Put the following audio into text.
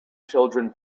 children